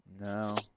No